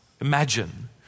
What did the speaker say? Imagine